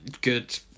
good